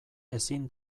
ezin